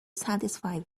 satisfy